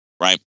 right